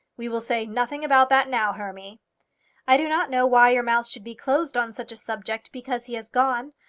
we will say nothing about that now, hermy. i do not know why your mouth should be closed on such a subject because he has gone.